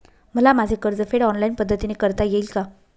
मला माझे कर्जफेड ऑनलाइन पद्धतीने करता येईल का?